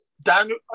Daniel